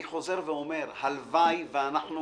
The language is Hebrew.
אני חוזר ואומר, הלוואי ואנחנו